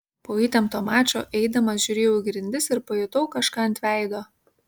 po įtempto mačo eidamas žiūrėjau į grindis ir pajutau kažką ant veido